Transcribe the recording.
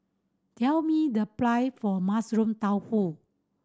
tell me the price for Mushroom Tofu